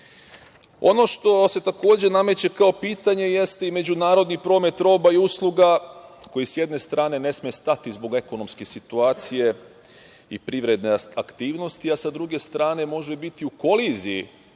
što se takođe nameće kao pitanje jeste i međunarodni promet roba i usluga, koji sa jedne strane ne sme stati zbog ekonomske situacije i privredne aktivnosti, a sa druge strane može biti u koliziji